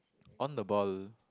on the ball